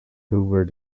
hoover